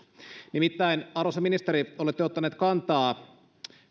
nimittäin arvoisa ministeri olette ottanut kantaa